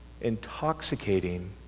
intoxicating